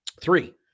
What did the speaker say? Three